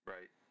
Right